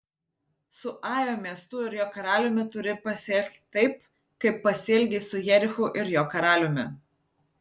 su ajo miestu ir jo karaliumi turi pasielgti taip kaip pasielgei su jerichu ir jo karaliumi